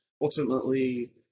ultimately